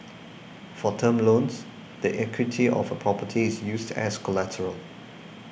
for term loans the equity of a property is used as collateral